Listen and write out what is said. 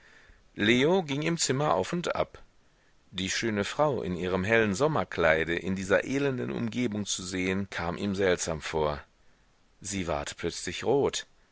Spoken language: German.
leo ging im zimmer auf und ab die schöne frau in ihrem hellen sommerkleide in dieser elenden umgebung zu sehen kam ihm seltsam vor sie ward plötzlich rot